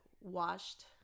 washed